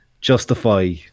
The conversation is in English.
justify